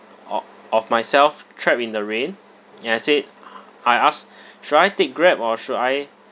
o~ of myself trapped in the rain and I said I ask should I take Grab or should I